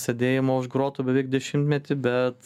sėdėjimo už grotų beveik dešimtmetį bet